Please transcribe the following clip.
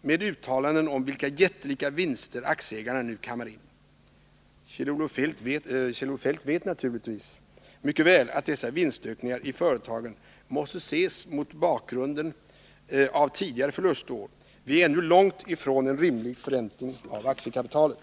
med uttalanden om vilka jättelika vinster aktieägarna nu kammar in. Kjell-Olof Feldt vet naturligtvis mycket väl att dessa vinstökningar i företagen måste ses mot bakgrunden av tidigare förlustår. Vi är ännu långt ifrån en rimlig förräntning av aktiekapitalet.